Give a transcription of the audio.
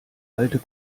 alte